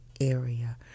area